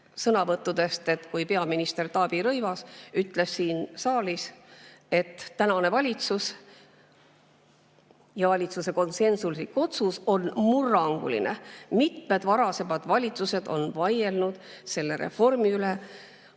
sõnavõttudest, et peaminister Taavi Rõivas ütles siin saalis: "Tänane valitsuse konsensuslik otsus on murranguline. Mitmed varasemad valitsused on vaielnud selle reformi üle